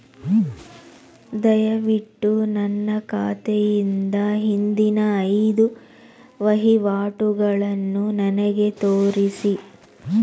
ದಯವಿಟ್ಟು ನನ್ನ ಖಾತೆಯಿಂದ ಹಿಂದಿನ ಐದು ವಹಿವಾಟುಗಳನ್ನು ನನಗೆ ತೋರಿಸಿ